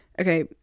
Okay